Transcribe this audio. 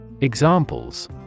Examples